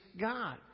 God